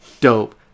dope